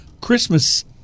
Christmas